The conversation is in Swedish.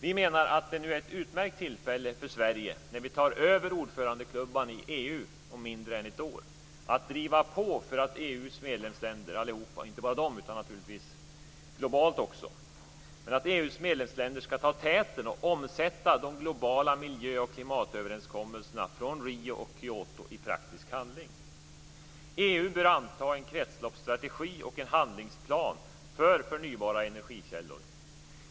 Vi menar att det är ett utmärkt tillfälle för Sverige, när vi tar över ordförandeklubban i EU om mindre än ett år, att driva på för att alla EU:s medlemsländer - inte bara de utan naturligtvis också globalt - ska ta täten och omsätta de globala miljöoch klimatöverenskommelserna från Rio och Kyoto i praktisk handling. EU bör anta en kretsloppsstrategi och en handlingsplan för förnybara energikällor.